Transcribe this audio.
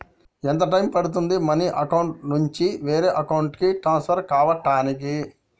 ఎంత టైం పడుతుంది money account నుంచి వేరే అకౌంట్ కి ట్రాన్స్ఫర్ కావటానికి?